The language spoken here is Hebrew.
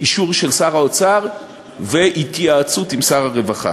אישור של שר האוצר והתייעצות עם שר הרווחה.